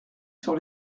sur